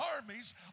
armies